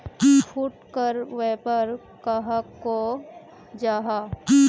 फुटकर व्यापार कहाक को जाहा?